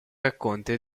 racconti